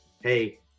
hey